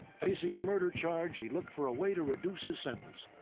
facing a murder charge, he looked for a way to reduce his sentence.